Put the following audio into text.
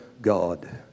God